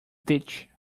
ditch